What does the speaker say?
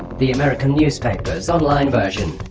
the american newspaper's on-line version